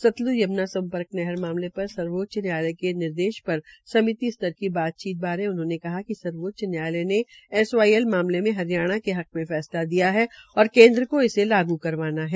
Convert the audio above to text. Sutlej Yamuna link नहर मामले पर सर्वोच्च न्यायालय के निर्देश पर समिति स्तर बारे उन्होंने कहा कि सर्वोच्च न्यायालय ने एसवाईएल मामले में हरियाणा के हक में फैसला दिया है और केन्द्र को इसे लागू करवाना है